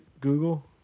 Google